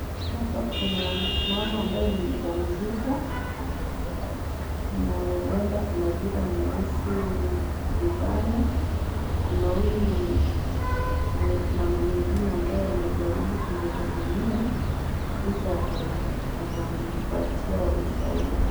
Hapa kuna mama ambaye ni mjamzito na huenda kuna vile unahisi vibaya. Kuna huyu mama mwingine anajaribu kumhudumia kisha atampatia ushauri.